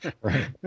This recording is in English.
Right